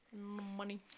Money